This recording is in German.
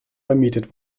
vermietet